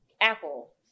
Apple